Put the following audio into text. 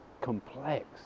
complex